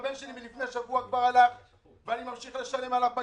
הבן שלי לפני שבוע כבר הלך ואני ממשיך לשלם עליו בישיבה,